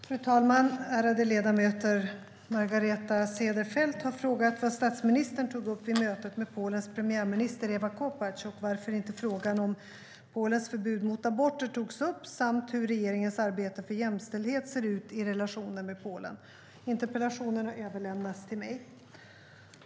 Svar på interpellationer Fru talman! Ärade ledamöter! Margareta Cederfelt har frågat vad statsministern tog upp vid mötet med Polens premiärminister Ewa Kopacz och varför inte frågan om Polens förbud mot aborter togs upp samt hur regeringens arbete för jämställdhet ser ut i relationen med Polen. Interpellationen har överlämnats till mig.